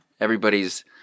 Everybody's